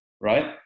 right